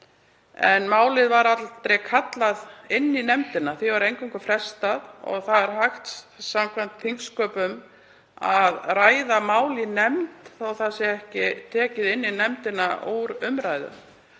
En málið var aldrei kallað inn í nefndina. Því var eingöngu frestað og það er hægt samkvæmt þingsköpum að ræða mál í nefnd þótt það sé ekki tekið inn í nefndina úr umræðu.